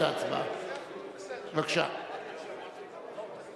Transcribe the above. שהצעת החוק של חבר הכנסת